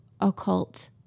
occult